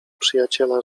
przyjaciela